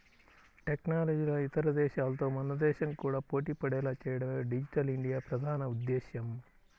టెక్నాలజీలో ఇతర దేశాలతో మన దేశం కూడా పోటీపడేలా చేయడమే డిజిటల్ ఇండియా ప్రధాన ఉద్దేశ్యం